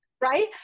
Right